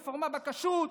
רפורמה בכשרות,